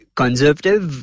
conservative